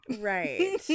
right